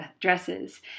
dresses